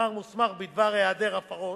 שכר מוסמך בדבר היעדר הפרות.